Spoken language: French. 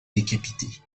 décapiter